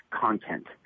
content